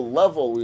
level